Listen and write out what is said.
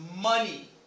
money